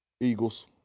Eagles